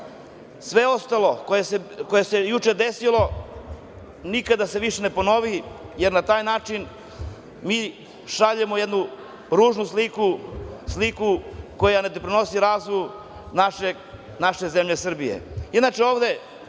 ostalo što se juče desilo nikad da se više ne ponovi, jer na taj način mi šaljemo jednu ružnu sliku, sliku koja ne doprinosi razvoju naše zemlje Srbije. Inače,